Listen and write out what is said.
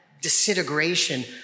disintegration